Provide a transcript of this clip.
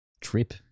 trip